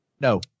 No